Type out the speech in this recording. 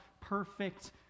perfect